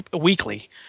weekly